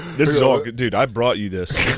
this is all, dud, i brought you this.